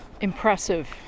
impressive